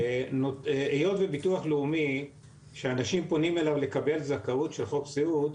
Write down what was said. היות וביטוח לאומי שאנשים פונים אליו לקבל זכאות של חוק סיעוד,